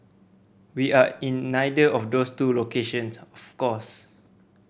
we are in neither of those two locations of course